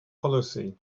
policy